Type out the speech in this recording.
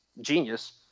genius